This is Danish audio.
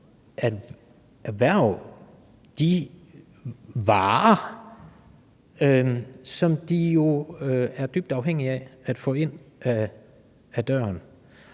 de varer, som de jo er dybt afhængige af at få ind ad døren.